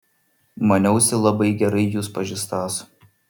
maniausi labai gerai jus pažįstąs